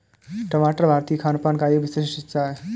टमाटर भारतीय खानपान का एक विशिष्ट हिस्सा है